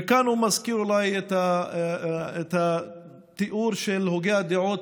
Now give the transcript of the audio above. וכאן הוא מזכיר אולי את התיאור של הוגה הדעות